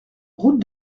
route